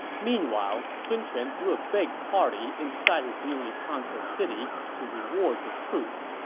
meanwhile, sun quan threw a big party inside his newly conquered city to reward his troops.